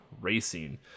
racing